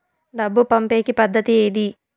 డబ్బు పంపేకి పద్దతి ఏది